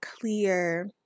clear